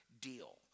deal